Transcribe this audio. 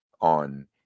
on